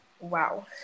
Wow